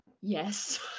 Yes